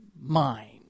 mind